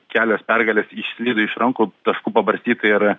kelios pergalės išslydo iš rankų taškų pabarstyta ir